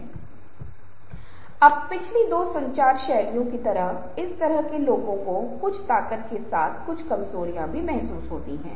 यहां तक कि कुछ लोग हैं अगर मान लें कि वे किसी की वर्दी शैली भोजन की आदत भाषा संस्कृति को पसंद नहीं करते हैं